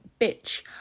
Bitch